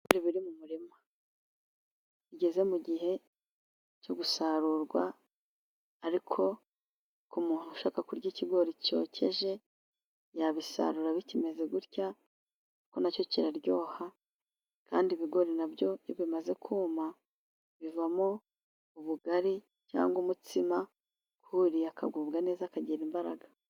Ibigori biri mu murima bigeze mu gihe cyo gusarurwa ariko ku muntu ushaka kurya ikigori cyokeje yabisarura bikimeze gutya ko nacyo kiraryoha, kandi ibigori na byo bimaze kuma bivamo ubugari cyangwa umutsima uwuriye akagubwa neza kagira imbaraga.